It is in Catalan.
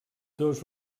dos